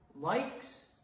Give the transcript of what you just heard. Likes